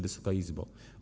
Wysoka Izbo!